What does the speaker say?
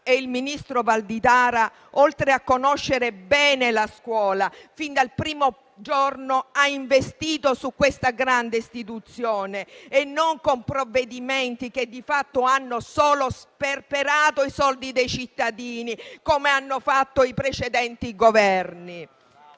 e il ministro Valditara, oltre a conoscere bene la scuola, fin dal primo giorno hanno investito su questa grande istituzione e non con provvedimenti che di fatto hanno solo sperperato i soldi dei cittadini come hanno fatto i precedenti Governi.